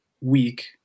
week